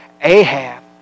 Ahab